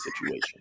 situation